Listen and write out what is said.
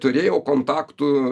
turėjau kontaktų